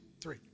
three